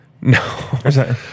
No